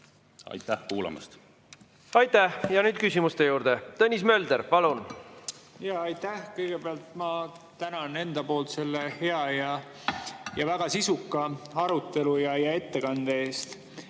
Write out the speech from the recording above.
Aitäh kuulamast! Aitäh! Ja nüüd küsimuste juurde. Tõnis Mölder, palun! Aitäh! Kõigepealt ma tänan selle hea ja väga sisuka arutelu ja ettekande eest.